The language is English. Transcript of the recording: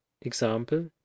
Example